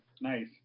Nice